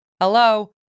Hello